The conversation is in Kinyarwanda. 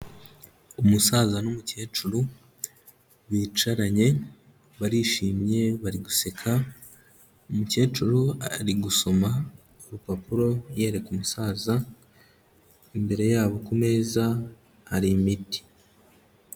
Umusaza n'umukecuru bicaranye barishimye bari guseka, umukecuru ari gusoma urupapuro yereka umusaza, imbere yabo ku meza hari imiti.